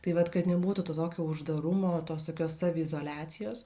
tai vat kad nebūtų to tokio uždarumo tos tokios saviizoliacijos